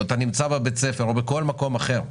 או אתה נמצא בבית הספר או בכל מקום אחר,